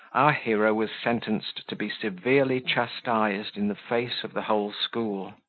hero was sentenced to be severely chastised in the face of the whole school.